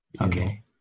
Okay